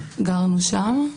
גרנו שם,